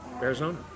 Arizona